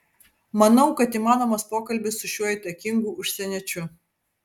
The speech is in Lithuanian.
manau kad įmanomas pokalbis su šiuo įtakingu užsieniečiu